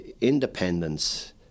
independence